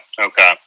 okay